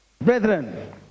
Brethren